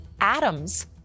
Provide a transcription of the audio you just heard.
atoms